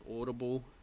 Audible